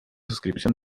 suscripción